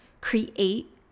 create